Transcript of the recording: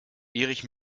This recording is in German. erich